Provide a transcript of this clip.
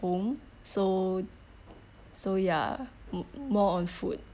home so so yah m~ more on food